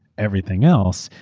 everything else,